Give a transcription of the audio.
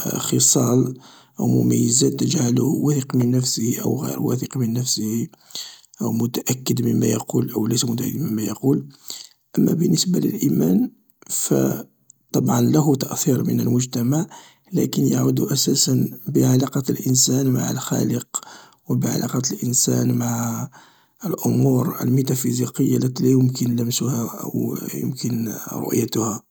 خصال أو مميزات تجعله واثق من نفسه أو غير واثق من نفسه أو متأكد مما يقول أو ليس متأكد مما يقول, أما بالنسبة للايمان فطبعا له تأثير من المجتمع لكن يعود أساسا بعلاقة الانسان مع الخالق و بعلاقة الانسان مع الأمور الميتافيزيقية التي لا يمكن لمسها أو يمكن رؤيتها.